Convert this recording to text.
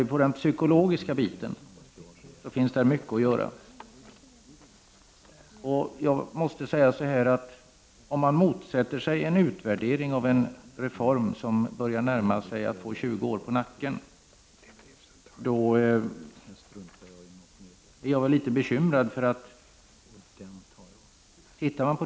På den psykologiska sidan finns det mycket att göra. Om man motsätter sig en utvärdering av en reform som börjar bli 20 år gammal blir jag litet bekymrad.